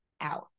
out